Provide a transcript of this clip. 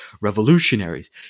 revolutionaries